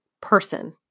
person